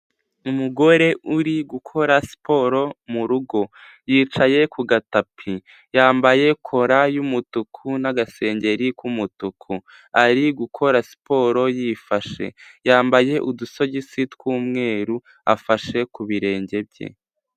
Umugore uri gukora siporo mu rugo, yicaye ku gatapi, yambaye kora yumutuku, n'agasengeri k'umutuku, ari gukora siporo yifashe, yambaye udusogisi k'umweru afashe ku birenge bye.